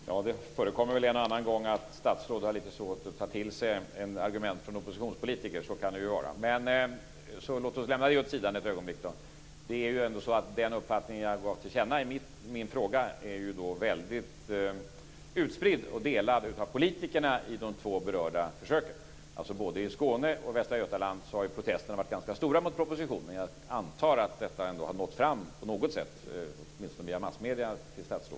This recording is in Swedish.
Fru talman! Ja, det förekommer väl en och annan gång att statsråd har lite svårt att ta till sig argument från oppositionspolitiker. Så kan det vara. Så låt oss lämna det åt sidan ett ögonblick. Det är ju ändå så att den uppfattning jag gav till känna i min fråga är väldigt spridd och delad av politikerna i de två berörda försöken. Både i Skåne och i Västra Götaland har ju protesterna varit ganska stora mot propositionen. Jag antar att detta ändå har nått fram till statsrådet på något sätt, åtminstone via massmedierna.